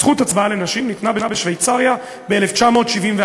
זכות ההצבעה לנשים בשוויצריה ניתנה ב-1971,